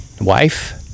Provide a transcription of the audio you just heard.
wife